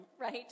right